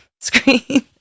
screen